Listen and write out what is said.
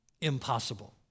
Impossible